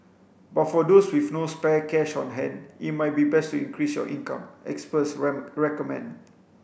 but for those with no spare cash on hand it might be best to increase your income experts recommend